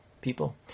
people